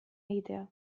egitea